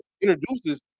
introduces